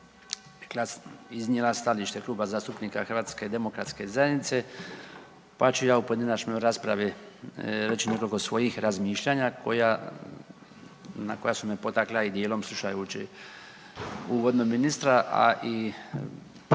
zastupnika HDZ-a pa ću ja u pojedinačnoj raspravi reći nekoliko svojih razmišljanja koja, na koja su me potakla i dijelom slušajući uvodno ministra, a i